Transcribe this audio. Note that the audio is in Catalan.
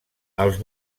els